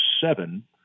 seven